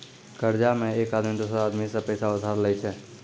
कर्जा मे एक आदमी दोसरो आदमी सं पैसा उधार लेय छै